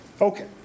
Okay